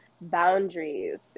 boundaries